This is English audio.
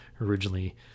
originally